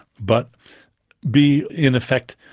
but be, in effect,